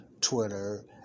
Twitter